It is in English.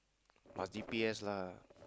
must G_P_S